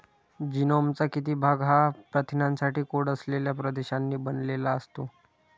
जीनोमचा किती भाग हा प्रथिनांसाठी कोड असलेल्या प्रदेशांनी बनलेला असतो?